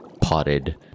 potted